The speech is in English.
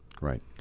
Right